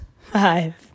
five